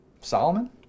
Solomon